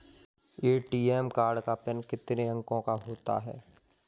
ATM card का PIN कितने अंकों का होता है?